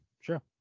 sure